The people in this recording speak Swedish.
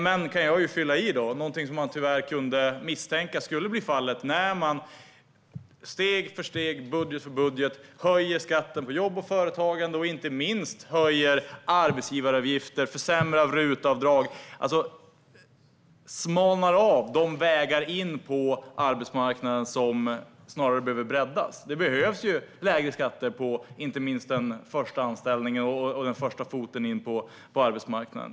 Men jag kan fylla i att det var någonting som man tyvärr kunde misstänka skulle bli fallet när regeringen steg för steg, budget för budget höjer skatten på jobb och företagande och inte minst höjer arbetsgivaravgifter, försämrar RUT-avdrag och smalnar av de vägar in på arbetsmarknaden som snarare behöver breddas. Det behövs lägre skatter på inte minst den första anställningen när man ska få in en första fot på arbetsmarknaden.